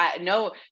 no